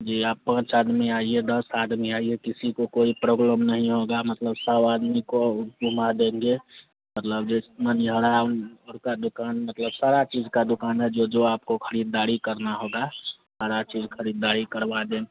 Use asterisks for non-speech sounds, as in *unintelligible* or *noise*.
जी आप पाँच आदमी आइए दस आदमी आइए किसी को कोई प्रॉब्लम नहीं होगा मतलब सौ आदमी को घुमा देंगे मतलब जिस *unintelligible* भर का दुकान मतलब सारा चीज़ का दुकान है जो जो आपको ख़रीदारी करना होगा सारा चीज़ ख़रीदारी करवा दें